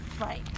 Right